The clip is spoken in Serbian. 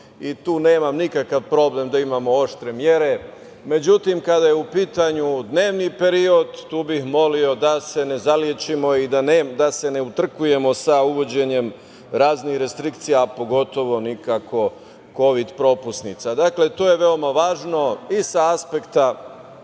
i tu nemam nikakav problem da imamo oštre mere.Međutim, kada je u pitanju dnevni period tu bi molio da se ne zaležemo i da se ne utrkujemo sa uvođenjem raznih restrikcija, a pogotovo nikako kovid propusnica. To je veoma važno i sa aspekta